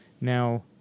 now